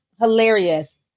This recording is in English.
hilarious